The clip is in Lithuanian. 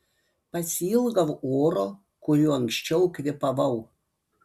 pasiilgau oro kuriuo anksčiau kvėpavau